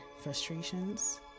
frustrations